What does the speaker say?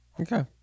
Okay